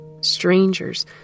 Strangers